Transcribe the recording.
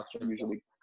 usually